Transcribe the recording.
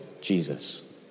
Jesus